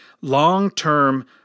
long-term